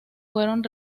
fueron